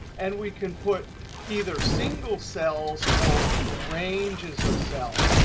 and we can put either single cells or ranges of cells.